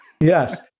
yes